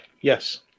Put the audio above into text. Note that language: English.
Yes